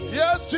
yes